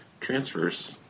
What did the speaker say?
transfers